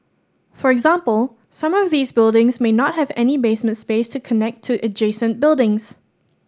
for example some of these buildings may not have any basement space to connect to adjacent buildings